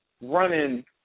running